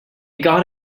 got